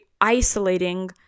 isolating